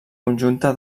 conjunta